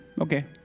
okay